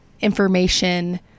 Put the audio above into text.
information